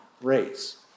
race